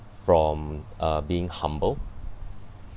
from uh being humble